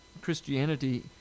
Christianity